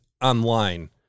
online